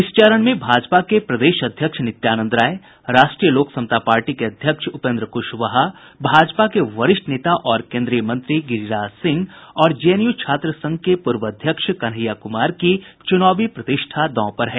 इस चरण में भाजपा के प्रदेश अध्यक्ष नित्यानंद राय राष्ट्रीय लोक समता पार्टी के अध्यक्ष उपेन्द्र कुशवाहा भाजपा के वरिष्ठ नेता और केन्द्रीय मंत्री गिरिराज सिंह और जेएनयू छात्र संघ के पूर्व अध्यक्ष कन्हैया कुमार की चुनावी प्रतिष्ठा दांव पर है